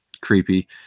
creepy